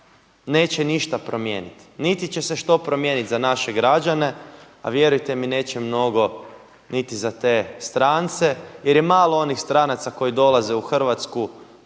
neće ništa promijeniti niti će se što promijeniti za naše građane, a vjerujte mi neće mnogo niti za te strance jer je malo onih stranaca koji dolaze u Hrvatsku